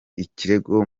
ikirego